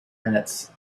minutes